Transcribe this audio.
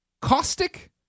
Caustic